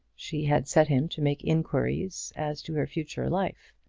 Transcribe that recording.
she had set him to make inquiries as to her future life.